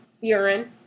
urine